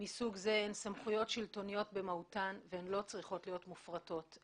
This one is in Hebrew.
מסוג זה הן סמכויות שלטוניות במהותן והן לא צריכות להיות מופרטות.